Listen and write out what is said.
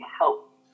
help